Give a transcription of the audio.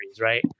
right